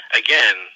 again